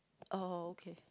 oh okay